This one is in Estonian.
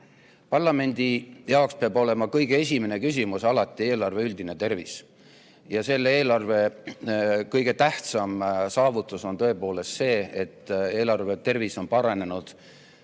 allakäik. Parlamendi jaoks peab olema kõige esimene küsimus alati eelarve üldine tervis. Ja selle eelarve kõige tähtsam saavutus on tõepoolest see, et eelarve tervis on oluliselt